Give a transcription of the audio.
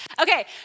Okay